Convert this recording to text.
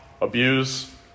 abuse